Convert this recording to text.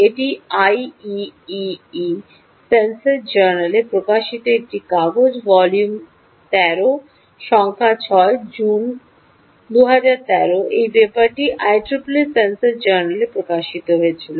এটি IEEE sensor জার্নালে প্রকাশিত একটি কাগজ ভলিউম 13 সংখ্যা 6 জুন 2013 এই পেপারটি IEEE সেন্সর জেনারেল প্রকাশিত হয়েছিল